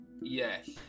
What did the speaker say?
yes